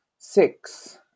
six